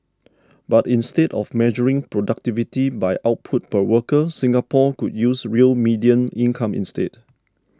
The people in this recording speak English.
but instead of measuring productivity by output per worker Singapore could use real median income instead